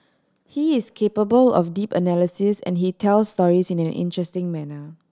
he is capable of deep analysis and he tell stories in an interesting manner